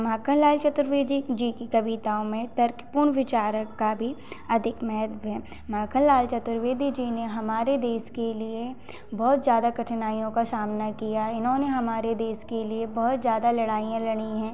माखनलाल चतुर्वेदी जी जी की कविताओं में तर्कपूर्ण विचार का भी अधिक महत्व है माखनलाल चतुर्वेदी जी ने हमारे देश के लिए बहुत ज़्यादा कठिनाइयों का सामना किया है इन्होंने हमारे देश के लिए बहुत ज़्यादा लड़ाइयाँ लड़ी हैं